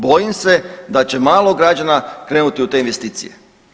Bojim se da će malo građana krenuti u te investicije.